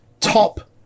Top